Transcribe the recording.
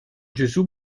gesù